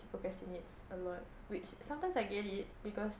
she procrastinates a lot which sometimes I get it because